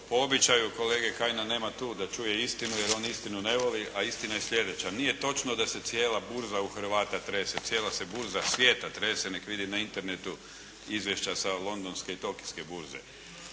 po običaju kolege Kajina nema tu da čuje istinu jer on istinu ne voli, a istina je sljedeća. Nije točno da se cijela burza u Hrvata trese, cijela se burza svijeta trese, neka vidi na Internetu izvješća sa Londonske i Tokijske burze.